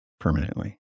permanently